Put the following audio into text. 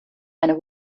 eine